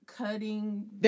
Cutting